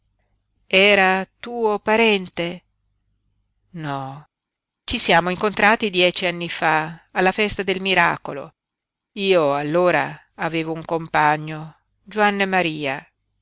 era tuo parente no ci siamo incontrati dieci anni fa alla festa del miracolo io allora avevo un compagno juanne maria